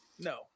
No